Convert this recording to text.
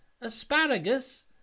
Asparagus